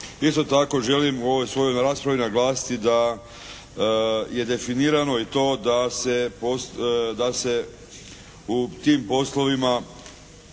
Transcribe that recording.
Isto tako želim u ovoj svojoj raspravi naglasiti da je definirano i to da se u tim poslovima